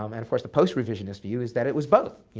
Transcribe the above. um and course, the post-revisionist view is that it was both.